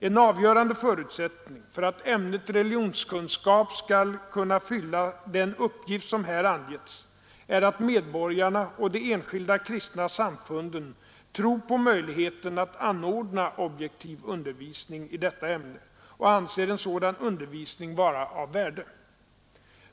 En avgörande förutsättning för att ämnet religionskunskap skall kunna fylla den uppgift som här angetts är att medborgarna och de skilda kristna samfunden tror på möjligheten att anordna objektiv undervisning i detta ämne och anser en sådan undervisning vara av värde.